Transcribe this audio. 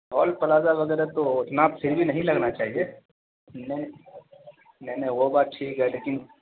tool plaza وغیرہ تو اتنا پھر بھی نہیں لگنا چاہیے نہیں نہیں نہیں وہ بات ٹھیک ہے لیکن